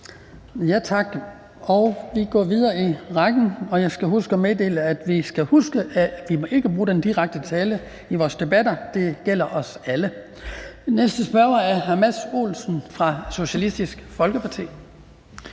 Tak. Vi går videre i ordførerrækken. Jeg skal huske at meddele, at vi ikke må bruge direkte tiltale i vores debatter – det gælder os alle. Den næste spørger er hr. Mads Olsen fra Socialistisk Folkeparti.